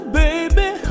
baby